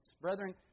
Brethren